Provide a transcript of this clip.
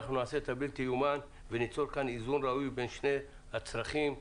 נעשה את הבלתי ייאמן וניצור כאן איזון ראוי בין שני הצרכים האלה.